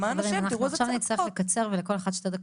למען השם.